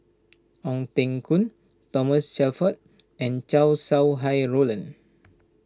Ong Teng Koon Thomas Shelford and Chow Sau Hai Roland